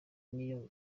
n’iyo